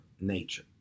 nature